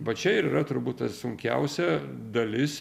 va čia ir yra turbūt ta sunkiausia dalis